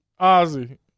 Ozzy